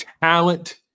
Talent